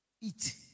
Eat